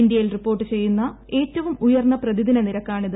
ഇന്ത്യയിൽ റിപ്പോർട്ട് ചെയ്യുന്ന ഏറ്റവും ഉയർന്ന പ്രതിദിന നിരക്കാണിത്